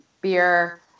beer